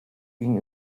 ihnen